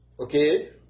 Okay